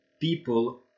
people